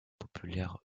populaires